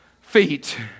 feet